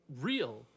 real